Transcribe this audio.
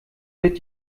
wird